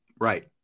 Right